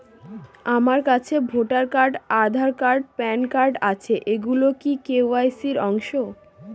আমার কাছে voter card Aadhaar card PAN card আছে এগুলো কি কে.ওয়াই.সি র অংশ?